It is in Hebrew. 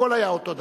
הכול היה אותו דבר.